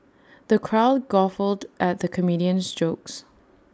the crowd guffawed at the comedian's jokes